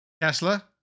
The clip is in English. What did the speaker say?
Tesla